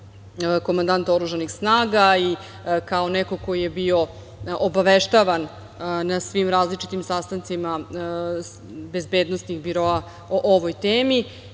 komandant oružanih snaga i kao neko ko je bio obaveštavan na svim različitim sastancima bezbednosnih biroa o ovoj